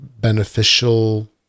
beneficial